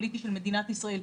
הפוליטי של מדינת ישראל.